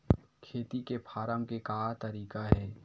खेती से फारम के का तरीका हे?